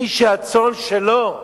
מי שהצאן שלו,